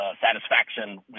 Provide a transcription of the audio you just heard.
satisfaction